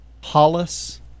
hollis